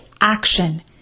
action